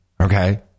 Okay